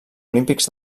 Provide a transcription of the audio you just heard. olímpics